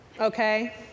okay